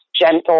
gentle